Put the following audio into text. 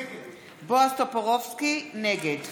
נגד